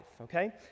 okay